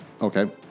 Okay